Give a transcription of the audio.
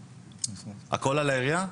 הכל על העירייה?